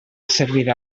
servir